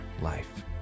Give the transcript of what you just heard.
life